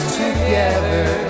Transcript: together